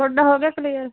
ਤੁਹਾਡਾ ਹੋ ਗਿਆ ਕਲੀਅਰ